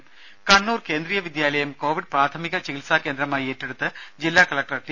രുമ കണ്ണൂർ കേന്ദ്രീയ വിദ്യാലയം കോവിഡ് പ്രാഥമിക ചികിത്സാ കേന്ദ്രമായി ഏറ്റെടുത്ത് ജില്ലാ കലക്ടർ ടി